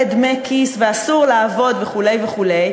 ודמי כיס ואסור לעבוד וכו' וכו',